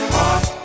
Heart